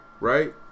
right